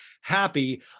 happy